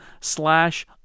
slash